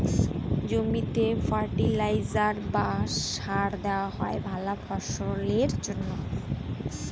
জমিতে ফার্টিলাইজার বা সার দেওয়া হয় ভালা ফসলের জন্যে